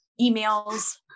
emails